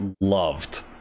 loved